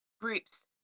groups